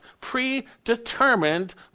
predetermined